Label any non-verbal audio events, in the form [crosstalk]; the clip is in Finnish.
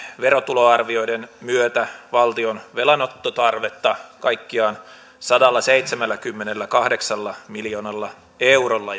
verotuloarvioiden myötä valtion velanottotarvetta kaikkiaan sadallaseitsemälläkymmenelläkahdeksalla miljoonalla eurolla [unintelligible]